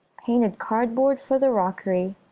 painted cardboard for the rockery,